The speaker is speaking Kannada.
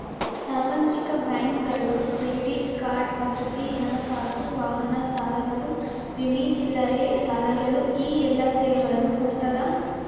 ಸಾರ್ವತ್ರಿಕ ಬ್ಯಾಂಕುಗಳು ಕ್ರೆಡಿಟ್ ಕಾರ್ಡ್ ವಸತಿ ಹಣಕಾಸು ವಾಹನ ಸಾಲಗಳು ವಿಮೆ ಚಿಲ್ಲರೆ ಸಾಲಗಳು ಈ ಎಲ್ಲಾ ಸೇವೆಗಳನ್ನ ಕೊಡ್ತಾದ